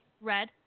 Red